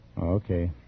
Okay